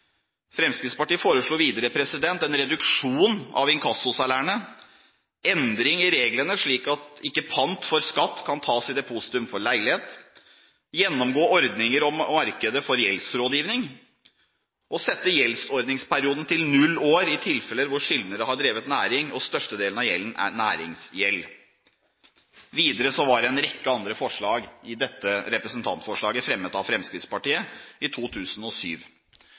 Fremskrittspartiet foreslo videre en reduksjon av inkassosalærene, endring i reglene slik at pant for skatt ikke kan tas i depositum for leilighet, at man skulle gjennomgå ordninger i markedet for gjeldsrådgivning og sette gjeldsordningsperioden til null år i tilfeller hvor skyldnere har drevet næring og størstedelen av gjelden er næringsgjeld. Videre var en rekke andre forslag i dette representantforslaget fremmet av Fremskrittspartiet i 2007.